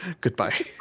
Goodbye